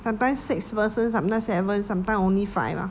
sometimes six persons sometimes seven sometimes only five ah